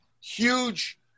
huge